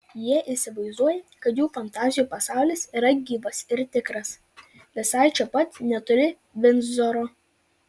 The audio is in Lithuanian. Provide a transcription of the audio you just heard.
jie įsivaizduoja kad jų fantazijų pasaulis yra gyvas ir tikras visai čia pat netoli vindzoro